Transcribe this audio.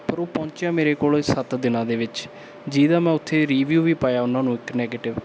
ਪਰ ਉਹ ਪਹੁੰਚਿਆ ਮੇਰੇ ਕੋਲ ਸੱਤ ਦਿਨਾਂ ਦੇ ਵਿੱਚ ਜਿਹਦਾ ਮੈਂ ਉੱਥੇ ਰਿਵਿਊ ਵੀ ਪਾਇਆ ਉਹਨਾਂ ਨੂੰ ਇੱਕ ਨੈਗੇਟਿਵ